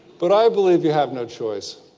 but i believe you have no choice.